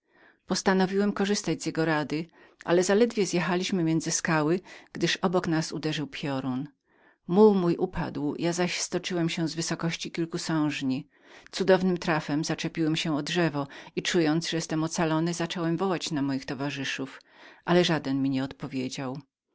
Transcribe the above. postanowiłem korzystać z jego rady ale zaledwie zjechaliśmy między skały gdy tuż obok nas uderzył piorun muł mój upadł ja zaś stoczyłem się z wysokości kilku sążni cudownym trafem zaczepiłem się o drzewo i czując że byłem ocalony zacząłem wołać na moich towarzyszów ale żaden mi nie odpowiedział